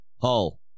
Hull